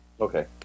Okay